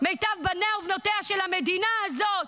מיטב בניה ובנותיה של המדינה הזאת,